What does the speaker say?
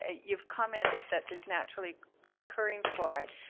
ah you've commented that there's naturally occurring fluoride.